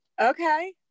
okay